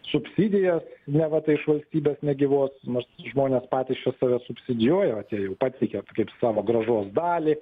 subsidijas neva tai iš valstybės negyvos nors žmonės patys čia savus subsidijuoja tie jau pateikia kaip savo grąžos dalį